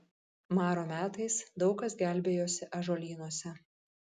maro metais daug kas gelbėjosi ąžuolynuose